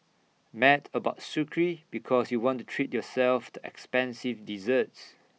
mad about Sucre because you want to treat yourself to expensive desserts